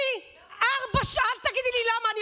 למה, אל תגידי לי למה.